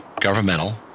governmental